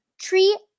tree